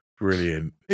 Brilliant